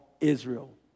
Israel